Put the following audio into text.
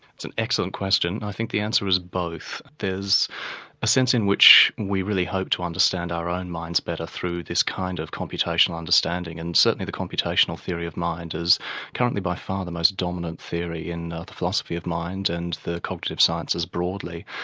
it's an excellent question, and i think the answer is both. there's a sense in which we really hope to understand our own minds better through this kind of computational understanding, and certainly the computational theory of mind is currently by far the most dominant theory in the philosophy of mind and the culture of sciences broadly.